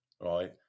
right